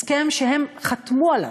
הסכם שהם חתמו עליו,